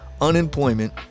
unemployment